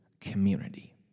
community